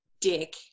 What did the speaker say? dick